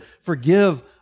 forgive